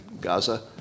Gaza